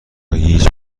هیچ